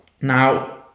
Now